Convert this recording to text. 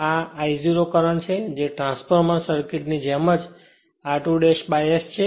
અને આ I 0 છે જે ટ્રાન્સફોર્મર સર્કિટની જેમ જ r2 by S છે